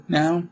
now